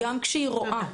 גם כשהיא רואה?